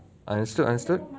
understood understood